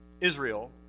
Israel